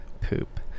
poop